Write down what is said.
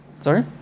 Sorry